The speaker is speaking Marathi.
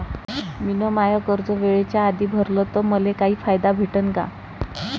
मिन माय कर्ज वेळेच्या आधी भरल तर मले काही फायदा भेटन का?